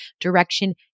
direction